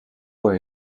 voor